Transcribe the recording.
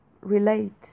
relate